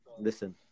listen